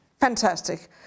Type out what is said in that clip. fantastic